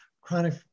chronic